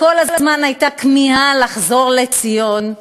כל הזמן הייתה כמיהה לחזור לציון,